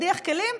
מדיח כלים,